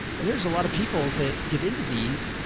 and there's a lot of people that get into these,